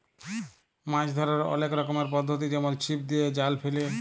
মাছ ধ্যরার অলেক রকমের পদ্ধতি যেমল ছিপ দিয়ে, জাল ফেলে